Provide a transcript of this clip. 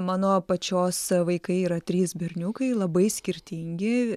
mano pačios vaikai yra trys berniukai labai skirtingi